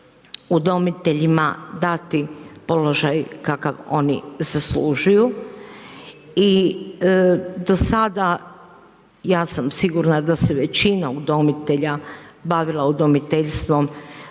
udomiteljima dati položaj kakav oni zaslužuju i do sada, ja sam sigurna da se većina udomitelja bavila udomiteljstvom